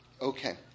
Okay